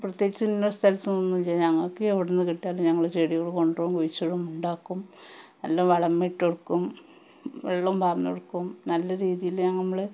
പ്രത്യേച്ച് ഇന്ന സ്ഥലത്ത് നിന്ന് ഒന്നും ഇല്ല ഞ്ഞങ്ങൾക്ക് എവിടുന്നു കിട്ടിയാലും ഞങ്ങള് ചെടികള് കൊണ്ടുവരും കുഴിച്ചിടും ഉണ്ടാക്കും നല്ല വളം ഇട്ടു കൊടുക്കും വെള്ളം വാര്ന്നു കൊടുക്കും നല്ല രീതിയില് നമ്മള്